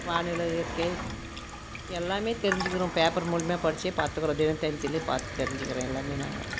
வானிலை இயற்கை எல்லாம் தெரிஞ்சுக்கிறோம் பேப்பர் மூலியமாக படித்தே பாத்துக்கிறோம் தினத்தந்தியில் பார்த்து தெரிஞ்சுக்குறோம் எல்லாம் நாங்கள்